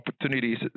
opportunities